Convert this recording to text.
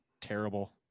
terrible